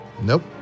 Nope